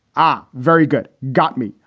are very good. got me.